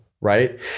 right